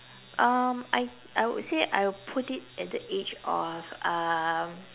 um I I would say I would put it at the age of um